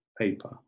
paper